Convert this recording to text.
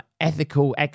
ethical